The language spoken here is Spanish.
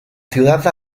ciudad